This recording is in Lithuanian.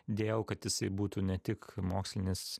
dėjau kad jisai būtų ne tik mokslinis